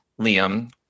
Liam